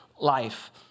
life